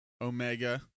Omega